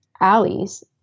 alleys